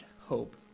hope